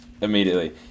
Immediately